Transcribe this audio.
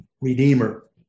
redeemer